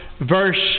verse